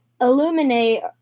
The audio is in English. illuminate